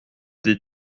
des